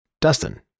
Dustin